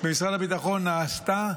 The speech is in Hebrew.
במשרד הביטחון נעשתה,